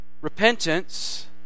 Repentance